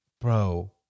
Bro